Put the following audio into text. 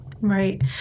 Right